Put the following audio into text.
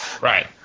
Right